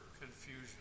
confusion